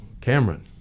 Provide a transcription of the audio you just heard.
cameron